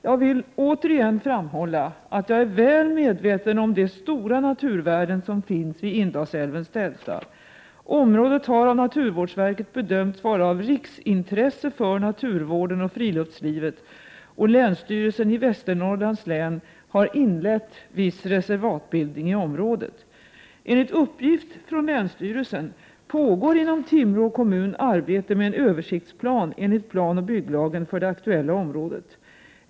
Jag vill återigen framhålla att jag är väl medveten om de stora naturvärden som finns vid Indalsälvens delta. Området har av naturvårdsverket bedömts vara av riksintresse för naturvården, och friluftslivet och länsstyrelsen i Västernorrlands län har inlett viss reservatbildning i området. Enligt uppgift från länsstyrelsen pågår inom Timrå kommun arbete med en översiktsplan enligt planoch bygglagen för det aktuella området.